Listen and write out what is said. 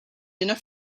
enough